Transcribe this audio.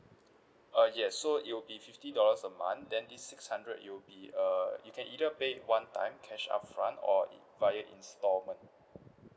uh yes so it will be fifty dollars a month then this six hundred you'll be uh you can either pay one time cash upfront or via instalment